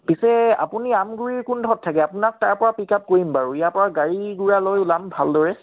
পিছে আপুনি আমগুৰি কোনডোখৰত থাকে আপোনাক তাৰ পৰা পিক আপ কৰিম বাৰু ইয়াৰ পৰা গাড়ী গোড়া লৈ ওলাম ভালদৰে